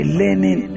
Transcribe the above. learning